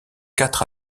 quatre